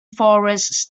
forests